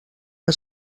que